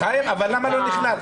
חיים, אבל למה הוא לא נכנס?